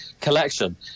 collection